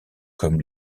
comme